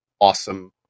awesome